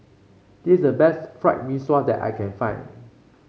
this the best Fried Mee Sua that I can find